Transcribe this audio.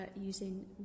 using